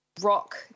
rock